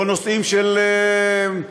או נושאים של מזון,